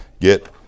get